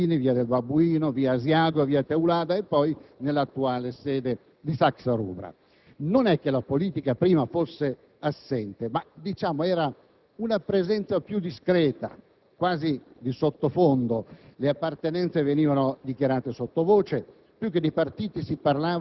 fu il cavallo di Troia per l'invasione della politica nei corridoi di viale Mazzini, via del Babuino, via Asiago, via Teulada e poi nell'attuale sede di Saxa Rubra. Non è che prima la politica fosse assente, ma si trattava di una presenza più discreta,